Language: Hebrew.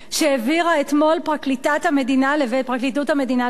אתמול פרקליטות המדינה לבית-המשפט.